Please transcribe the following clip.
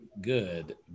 good